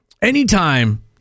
Anytime